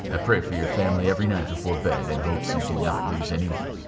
i pray for your family every night before bed, in hopes you do not lose anyone.